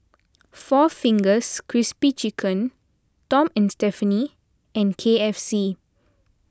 four Fingers Crispy Chicken Tom and Stephanie and K F C